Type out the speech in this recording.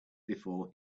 before